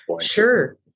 sure